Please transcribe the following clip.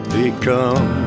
become